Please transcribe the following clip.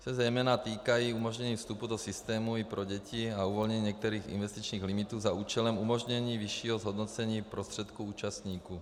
Ty se týkají zejména umožnění vstupu do systému i pro děti a uvolnění některých investičních limitů za účelem umožnění vyššího zhodnocení prostředků účastníků.